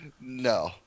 No